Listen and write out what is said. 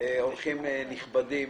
אורחים נכבדים.